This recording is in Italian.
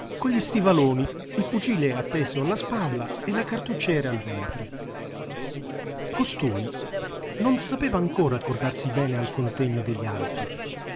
con gli stivaloni il fucile appeso alla spalla e la cartuccera al ventre costui non sapeva ancora accordarsi bene al contegno degli altri